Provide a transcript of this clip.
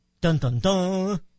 Dun-dun-dun